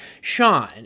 Sean